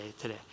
today